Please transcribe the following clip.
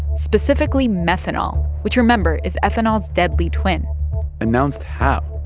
specifically methanol which, remember, is ethanol's deadly twin announced how?